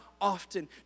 often